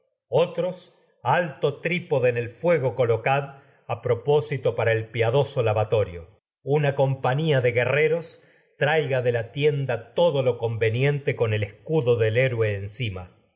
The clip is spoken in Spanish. otros alto trípode el fuego una colocad a pro pósito rreros para el piadoso lavatorio de la compañía de gue con traiga del tienda todo lo conveniente el escudo héroe encima